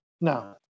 No